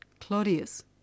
Claudius